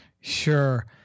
Sure